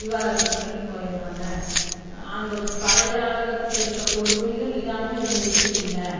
விவாகரத்து பண்ணிட்டு போயிடுறாங்க அந்த பழைய ஆளுங்ககிட்ட இருக்கிற பொறுமையும் நிதானமும் இவங்ககிட்ட இல்லை